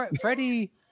Freddie